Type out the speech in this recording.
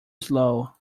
slow